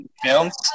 films